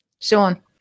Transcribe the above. Sean